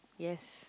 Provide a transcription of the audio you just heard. yes